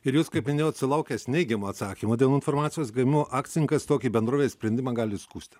ir jūs kaip minėjot sulaukęs neigiamo atsakymo dėl informacijos gavimo akcininkas tokį bendrovės sprendimą gali skųsti